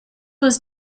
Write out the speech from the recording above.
was